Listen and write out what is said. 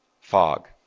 Fog